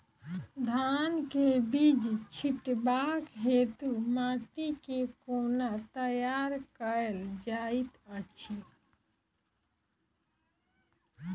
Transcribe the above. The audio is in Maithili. धान केँ बीज छिटबाक हेतु माटि केँ कोना तैयार कएल जाइत अछि?